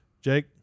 Jake